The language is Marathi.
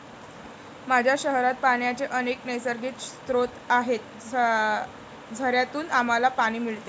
माझ्या शहरात पाण्याचे अनेक नैसर्गिक स्रोत आहेत, झऱ्यांतून आम्हाला पाणी मिळते